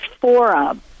forum